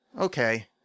Okay